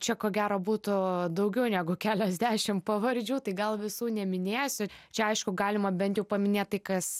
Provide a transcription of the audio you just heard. čia ko gero būtų daugiau negu keliasdešim pavardžių tai gal visų neminėsiu čia aišku galima bent jau paminėt tai kas